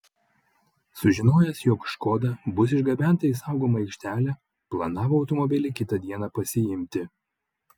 sužinojęs jog škoda bus išgabenta į saugomą aikštelę planavo automobilį kitą dieną pasiimti